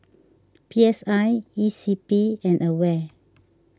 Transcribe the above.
P S I E C P and Aware